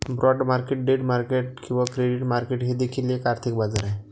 bond market debt market किंवा credit market हे देखील एक आर्थिक बाजार आहे